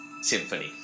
symphony